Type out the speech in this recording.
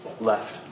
left